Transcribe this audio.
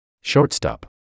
Shortstop